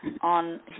on